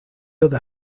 other